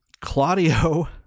Claudio